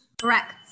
Correct